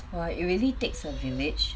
!wah! it really takes a village